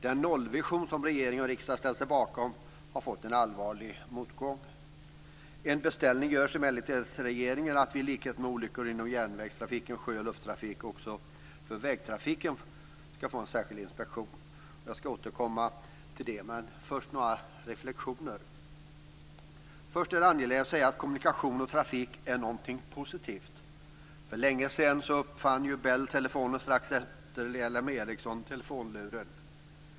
Den nollvision som regering och riksdag har ställt sig bakom har fått en allvarlig motgång. En beställning görs emellertid till regeringen att vi i likhet med olyckor inom järnvägstrafiken, sjö och lufttrafiken också för vägtrafiken skall få en särskild inspektion. Jag skall återkomma till det, men först några reflexioner. Först är det angeläget att säga att kommunikation och trafik är någonting positivt. För länge sedan uppfann Bell telefonen och strax därefter LM Eriksson telefonluren.